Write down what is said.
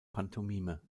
pantomime